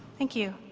thank you.